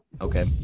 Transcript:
Okay